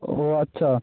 ও আচ্ছা